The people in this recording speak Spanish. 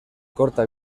corta